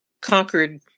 conquered